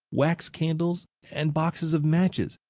wax candles, and boxes of matches.